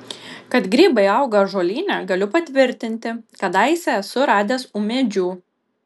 kad grybai auga ąžuolyne galiu patvirtinti kadaise esu radęs ūmėdžių